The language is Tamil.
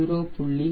0